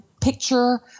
picture